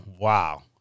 wow